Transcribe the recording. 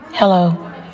Hello